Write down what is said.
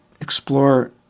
explore